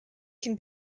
can